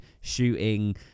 shooting